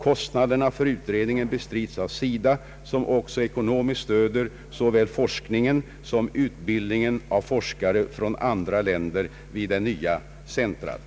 Kostnaderna för utredningen bestrids av SIDA, som också ekonomiskt stöder såväl forskningen som utbildningen av forskare från andra länder vid det nya centret.